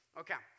okay